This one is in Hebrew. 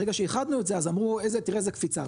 ברגע שאיחדנו את זה אז אמרו איזה תראה איזה קפיצה,